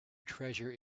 treasure